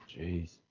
Jeez